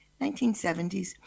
1970s